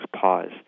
pause